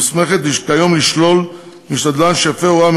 והיא מוסמכת כיום לשלול משדלן שהפר הוראה